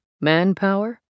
Manpower